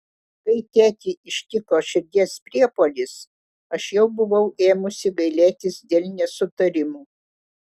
kai tėtį ištiko širdies priepuolis aš jau buvau ėmusi gailėtis dėl nesutarimų